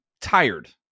tired